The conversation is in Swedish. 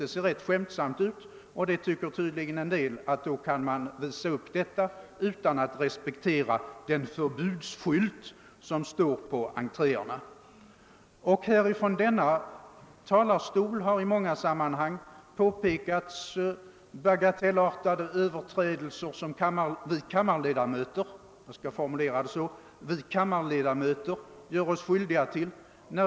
Det ser rätt lustigt ut, och en del tycker tydligen att man kan visa upp detta utan att respektera den förbudsskylt som finns vid entréerna. Och från denna talarstol har i många sammanhang, främst på sin tid kanske av herr Dickson, pekats på bagatellartade överträdelser som vi kammarledamöter gör oss skyldiga till.